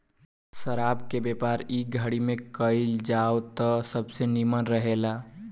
शराब के व्यापार इ घड़ी में कईल जाव त सबसे निमन रहेला